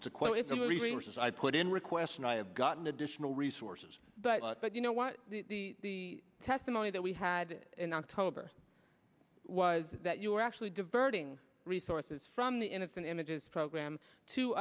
which i put in requests and i have gotten additional resources but but you know what the testimony that we had in october was that you were actually diverting resources from the innocent images program to